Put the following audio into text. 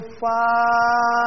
far